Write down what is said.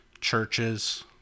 churches